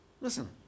Listen